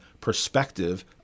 perspective